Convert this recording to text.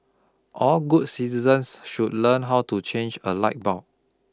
all good citizens should learn how to change a light bulb